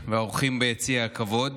והאורחים ביציע הכבוד,